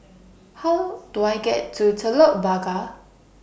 How Do I get to Telok Blangah